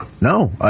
No